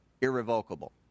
irrevocable